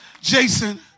Jason